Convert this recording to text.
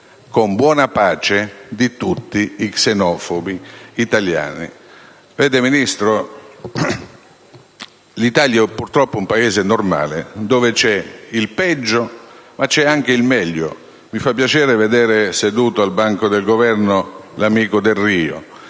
con buona pace di tutti gli xenofobi italiani. Signora Ministro, l'Italia è purtroppo un Paese normale, dove c'è il peggio ma anche il meglio. Mi fa piacere vedere seduto al banco del Governo l'amico Delrio: